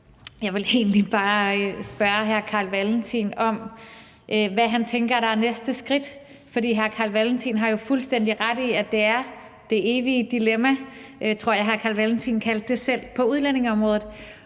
Jeg vil egentlig bare spørge hr. Carl Valentin, hvad han tænker der er næste skridt, for han har jo fuldstændig ret i, at det er det evige dilemma – det tror jeg hr. Carl Valentin selv kaldte det – på udlændingeområdet.